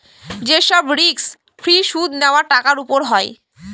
যে সব risk free সুদ নেওয়া টাকার উপর হয়